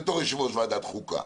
בתור יושב-ראש ועדת חוקה.